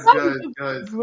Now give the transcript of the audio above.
guys